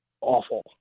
awful